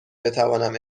بتوانم